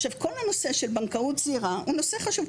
עכשיו, כל הנושא של בנקאות זעירה הוא נושא חשוב.